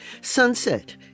Sunset